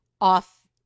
off